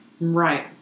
Right